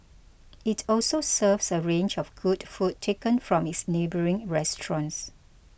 it also serves a range of good food taken from its neighbouring restaurants